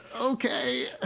Okay